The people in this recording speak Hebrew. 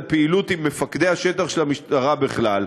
פעילות עם מפקדי השטח של המשטרה בכלל,